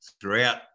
throughout